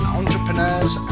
entrepreneurs